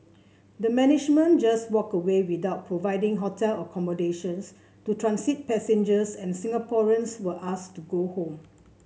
the management just walked away without providing hotel accommodations to transit passengers and Singaporeans were asked to go home